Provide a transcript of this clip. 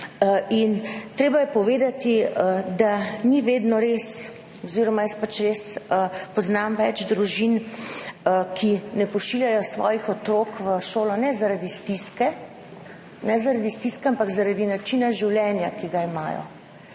In treba je povedati, da ni vedno res oziroma jaz res poznam več družin, ki ne pošiljajo svojih otrok v šolo, ne zaradi stiske, ampak zaradi načina življenja, ki ga imajo.